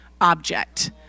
object